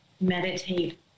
meditate